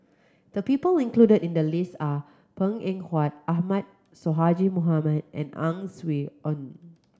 the people included in the list are Png Eng Huat Ahmad Sonhadji Mohamad and Ang Swee Aun